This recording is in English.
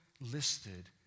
listed